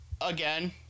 again